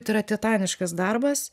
tai yra titaniškas darbas